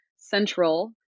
central